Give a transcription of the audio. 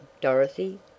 Dorothy